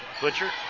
Butcher